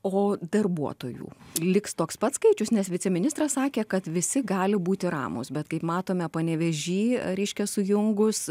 o darbuotojų liks toks pat skaičius nes viceministras sakė kad visi gali būti ramūs bet kaip matome panevėžy reiškia sujungus